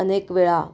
अनेक वेळा